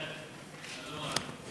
אני לא מאמין.